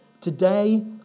Today